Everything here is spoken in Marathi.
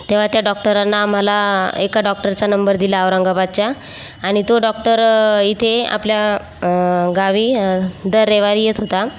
तेव्हा त्या डॉक्टरानं आम्हाला एका डॉक्टरचा नंबर दिला औरंगाबादच्या आणि तो डॉक्टर इथे आपल्या गावी दर रविवारी येत होता